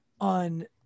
on